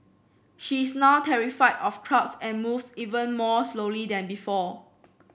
she is now terrified of crowds and moves even more slowly than before